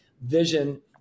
vision